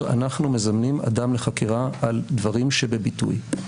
אנחנו מזמנים אדם לחקירה על דברים שבביטוי.